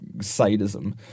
sadism